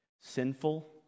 sinful